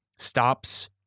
Stops